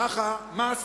ככה מס נוסף,